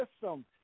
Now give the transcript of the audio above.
system